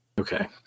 Okay